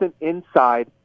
inside